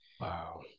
Wow